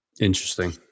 Interesting